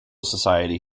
society